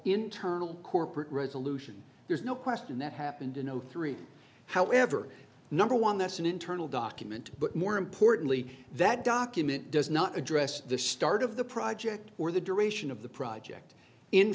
internal corporate resolution there's no question that happened in zero three however number one that's an internal document but more importantly that does jim it does not address the start of the project or the duration of the project in